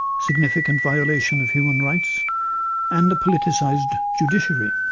significant violation of human rights and a politicised judiciary.